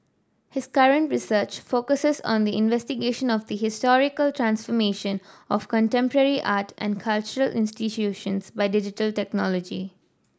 his current research focuses on the investigation of the historical transformation of contemporary art and cultural institutions by digital technology